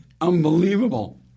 Unbelievable